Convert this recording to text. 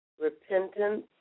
repentance